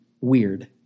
weird